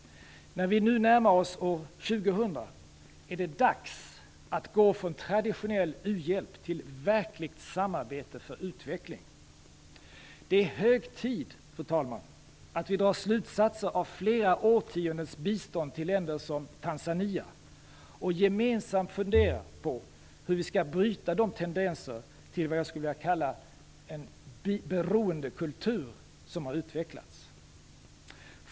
När vi nu närmar oss år 2000 är det dags att gå från traditionell u-hjälp till verkligt samarbete för utveckling. Det är hög tid, fru talman, att vi drar slutsatser av flera årtiondens bistånd till länder som Tanzania och gemensamt funderar på hur vi skall bryta de tendenser till vad jag skulle vilja kalla beroendekultur som har utvecklats.